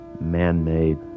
man-made